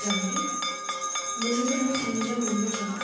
যাবলৈ মোৰ লগত আৰু তিনিজন মেম্বাৰ যাব